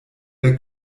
der